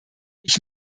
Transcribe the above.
ich